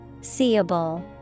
Seeable